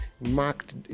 marked